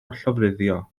llofruddio